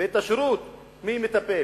ומי מטפל